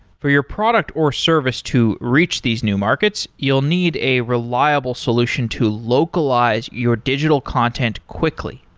for your product or service to reach these new markets, you'll need a reliable solution to localize your digital content quickly.